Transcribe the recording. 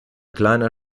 kleiner